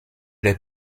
les